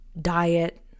diet